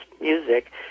music